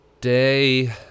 day